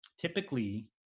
typically